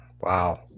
wow